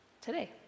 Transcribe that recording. today